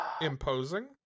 Imposing